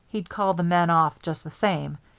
he'd call the men off just the same,